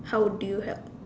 how would you help